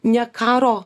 ne karo